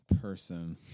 person